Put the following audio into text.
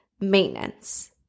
maintenance